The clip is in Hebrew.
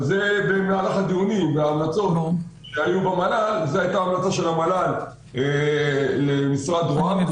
במהלך הדיונים שהיו במל"ל זו הייתה ההמלצה של המל"ל למשרד ראש הממשלה.